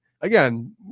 Again